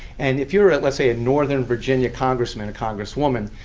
and if you're let's say a northern virginia congressman or congresswoman,